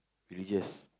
religious